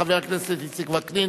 חבר הכנסת איציק וקנין,